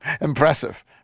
Impressive